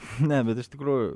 ne bet iš tikrųjų